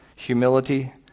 humility